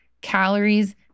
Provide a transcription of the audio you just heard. calories